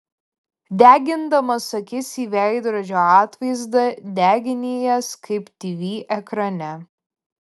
degindamas akis į veidrodžio atvaizdą degini jas kaip tv ekrane